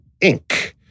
Inc